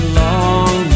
long